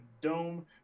dome